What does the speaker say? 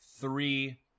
three